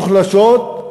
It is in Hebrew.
מוחלשות,